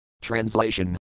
Translation